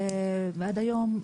ועד היום,